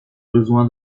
besoin